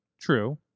True